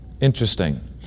Interesting